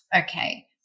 Okay